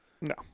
No